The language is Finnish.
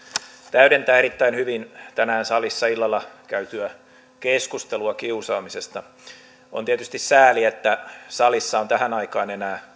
täydentää erittäin hyvin tänään salissa illalla käytyä keskustelua kiusaamisesta on tietysti sääli että salissa on tähän aikaan enää